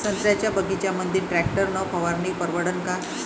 संत्र्याच्या बगीच्यामंदी टॅक्टर न फवारनी परवडन का?